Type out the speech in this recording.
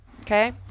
okay